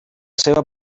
seva